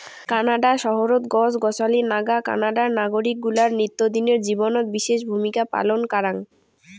Canada শহরত গছ গছালি নাগা কানাডার নাগরিক গুলার নিত্যদিনের জীবনত বিশেষ ভূমিকা পালন কারাং